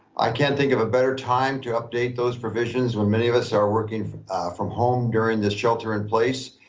i can't think of a better time to update those provisions when many of us are working from from home during this shelter in place.